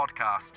podcast